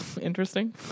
interesting